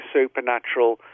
supernatural